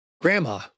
Grandma